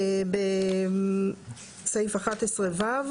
בסעיף (11ו),